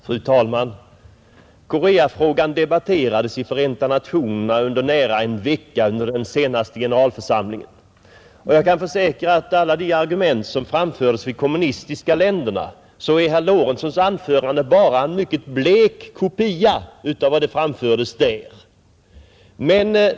Fru talman! Koreafrågan debatterades i Förenta nationerna i nära en vecka under den senaste generalförsamlingen, Jag kan försäkra att i jämförelse med alla de argument som framfördes av de kommunistiska länderna, är herr Lorentzons anförande bara en mycket blek kopia.